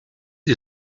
you